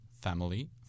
family